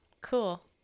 cool